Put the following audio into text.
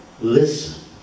Listen